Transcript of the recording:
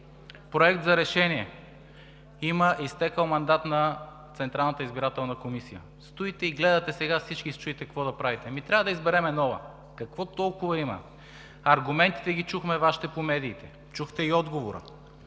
Проект за решение, има изтекъл мандат на Централната избирателна комисия, стоите сега всички и се чудите какво да правите. Ами трябва да изберем нова. Какво толкова има? Чухме Вашите аргументи по медиите. Чухте и отговора,